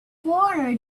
foreigner